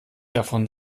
davon